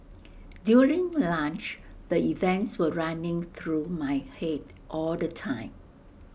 during lunch the events were running through my Head all the time